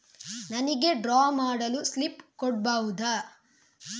ನನಿಗೆ ಡ್ರಾ ಮಾಡಲು ಸ್ಲಿಪ್ ಕೊಡ್ಬಹುದಾ?